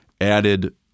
added